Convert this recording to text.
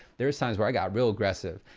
there are times where i got real aggressive.